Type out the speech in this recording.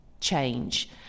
change